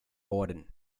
worden